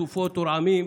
סופות ורעמים.